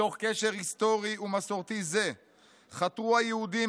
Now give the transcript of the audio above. מתוך קשר היסטורי ומסורתי זה חתרו היהודים